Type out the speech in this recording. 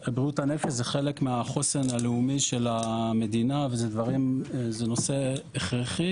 בריאות הנפש זה חלק מהחוסן הלאומי של המדינה וזה נושא הכרחי.